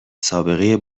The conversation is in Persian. سابقه